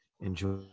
enjoy